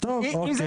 שאלתי אם יש